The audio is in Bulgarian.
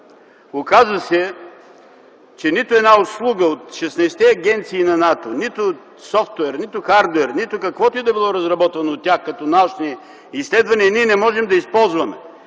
Оказа се, че нито една услуга от 16-те агенции на НАТО, нито софтуер, нито хардуер, нито каквото и да било, разработено от тях като научни изследвания, ние не можем да използваме,